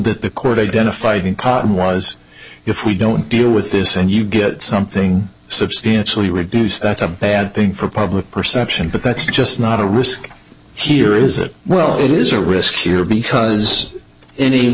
that the court identified in cotton was if we don't deal with this and you get something substantially reduced that's a bad thing for public perception but that's just not a risk here is it well it is a risk here because any